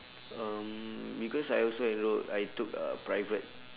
um because I also enrolled I took uh private